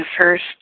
first